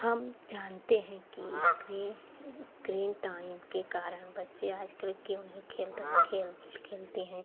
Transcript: हम जानते हैं कि क्रे क्रे टाइम के कारण बच्चे आजकल क्यों नहीं खेल रहे खेल खेलते हैं